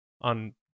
on